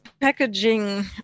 packaging